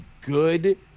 good